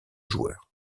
joueur